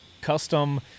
custom